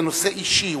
זה נושא אישי,